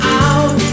out